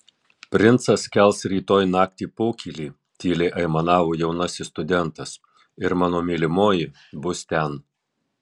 princas kels rytoj naktį pokylį tyliai aimanavo jaunasis studentas ir mano mylimoji bus ten